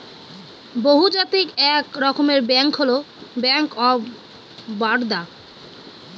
বহুজাতিক এক রকমের ব্যাঙ্ক হল ব্যাঙ্ক অফ বারদা